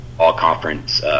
all-conference